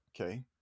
Okay